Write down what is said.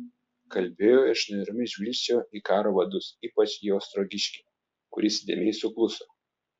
kalbėjo ir šnairomis žvilgčiojo į karo vadus ypač į ostrogiškį kuris įdėmiai sukluso